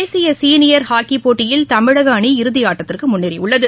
தேசிய senior hockey போட்டியில் தமிழக அணி இறுதி ஆட்டத்திற்கு முன்னேறியுள்ளது